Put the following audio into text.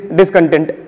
discontent